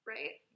Right